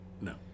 No